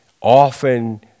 often